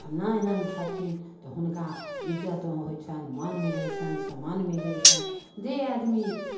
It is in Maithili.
फल्लाँ एहन छथिन तऽ हुनका इज्जत होइ छै मान मिलै छनि सम्मान मिलै छनि जे आदमी